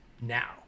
now